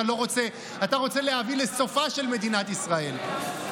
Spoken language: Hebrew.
אתה רוצה להביא לסופה של מדינת ישראל.